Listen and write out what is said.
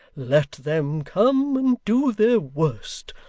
let them come and do their worst.